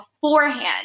beforehand